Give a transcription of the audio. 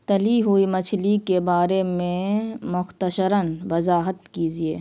تلی ہوئی مچھلی کے بارے میں مختشرا وضاحت کیجیے